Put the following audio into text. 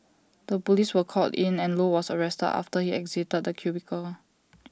the Police were called in and low was arrested after he exited the cubicle